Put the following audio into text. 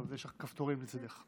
אז יש לך כפתורים לצידך.